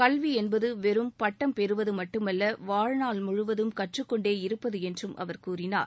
கல்வி என்பது வெறும் பட்டம் பெறுவது மட்டுமல்ல வாழ்நாள் முழுவதும் கற்றுக்கொண்டே இருப்பது என்றும் அவர் கூறினார்